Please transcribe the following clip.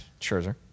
Scherzer